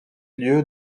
lieu